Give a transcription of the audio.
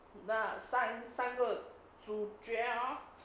那三三个主角啊